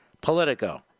Politico